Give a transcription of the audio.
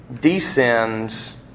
descends